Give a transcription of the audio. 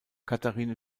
katherine